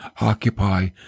Occupy